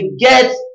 get